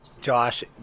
Josh